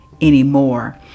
anymore